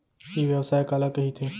ई व्यवसाय काला कहिथे?